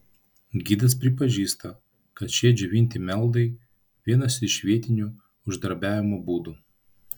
gidas pripažįsta kad šie džiovinti meldai vienas iš vietinių uždarbiavimo būdų